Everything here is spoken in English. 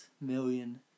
million